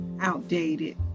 outdated